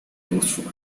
oxford